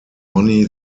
money